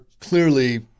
clearly